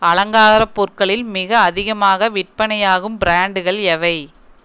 அலங்கார பொருட்களில் மிக அதிகமாக விற்பனையாகும் பிராண்டுகள் எவை